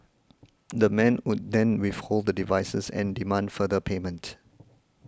the men would then withhold the devices and demand further payment